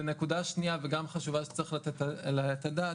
ונקודה שניה וגם חשובה שצריך לתת עליה את הדעת,